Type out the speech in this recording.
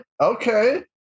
okay